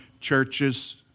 Churches